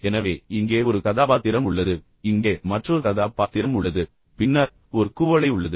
எனவே இங்கே ஒரு கதாபாத்திரம் உள்ளது இங்கே மற்றொரு கதா பாத்திரம் உள்ளது பின்னர் ஒரு குவளை உள்ளது